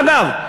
ואגב,